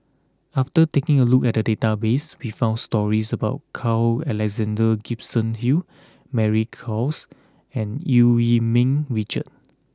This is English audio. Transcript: after taking a look at the database we found stories about Carl Alexander Gibson Hill Mary Klass and Eu Yee Ming Richard